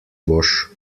boš